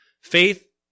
Faith